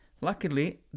luckily